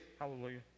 hallelujah